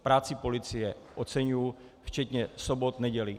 Práci policie oceňuji, včetně sobot, nedělí.